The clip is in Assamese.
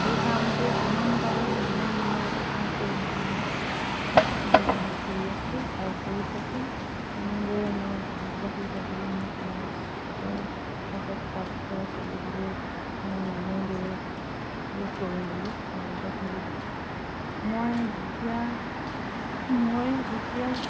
এই কামটো যিমান পাৰোঁ যিমান দিনলৈকে পাৰো কৰিম বুলি মই প্ৰতিশ্ৰুতি লৈ লওঁ আৰু কৰি আছোঁ আৰু কৰি থাকিম এনেদৰে মই আগবাঢ়ি যাবলৈ মই সমাজৰ লগত খাপ খুৱাই চলিবলৈ মই এনেদৰে এই কৰিম বুলি মনতে ভাবিলোঁ মই এতিয়া মই এতিয়া